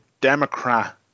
democrat